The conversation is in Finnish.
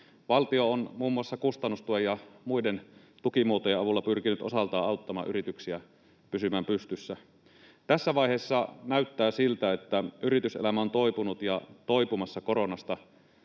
Valtio on muun muassa kustannustuen ja muiden tukimuotojen avulla pyrkinyt osaltaan auttamaan yrityksiä pysymään pystyssä. Tässä vaiheessa näyttää siltä, että yrityselämä on toipunut ja toipumassa koronasta